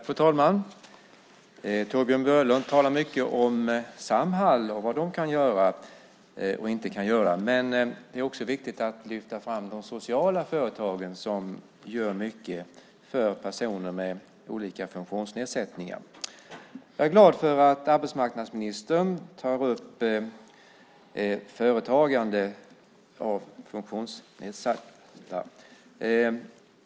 Fru talman! Torbjörn Björlund talar mycket om Samhall och vad det kan göra och inte göra. Men det är också viktigt att lyfta fram de sociala företagen som gör mycket för personer med olika funktionsnedsättningar. Jag är glad för att arbetsmarknadsministern tar upp företagande av funktionsnedsatta.